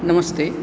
नमस्ते